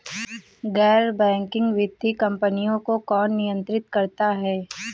गैर बैंकिंग वित्तीय कंपनियों को कौन नियंत्रित करता है?